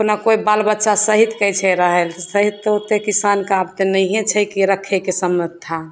अपना कोइ बाल बच्चा सहित कहै छै रहैले सहितो ओतेक किसानके आब तऽ नहिए छै केओ रखैके सामर्थ